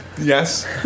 Yes